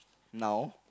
now